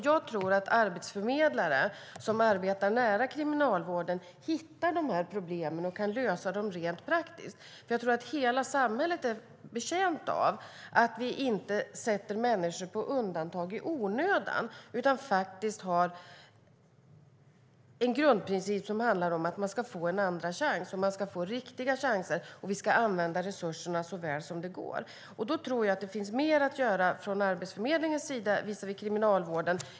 Jag tror att arbetsförmedlare som arbetar nära kriminalvården hittar de här problemen och kan lösa dem rent praktiskt. Jag tror att hela samhället är betjänt av att vi inte sätter människor på undantag i onödan utan faktiskt har en grundprincip som handlar om att man ska få en andra chans. Man ska få riktiga chanser, och vi ska använda resurserna så väl som det går. Jag tror att det finns mer att göra från Arbetsförmedlingens sida visavi Kriminalvården.